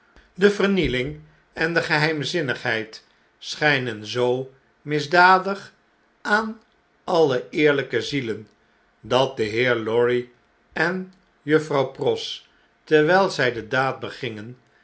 de vernieling en de geheimzinnigheid schijnen zoo misdadig aan alle eerljjke zielen dat de heer lorry en juffrouw pross terwijl zy de daad